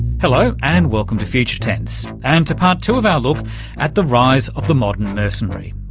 hello and welcome to future tense. and to part two of our look at the rise of the modern mercenary.